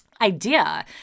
idea